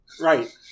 Right